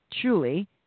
truly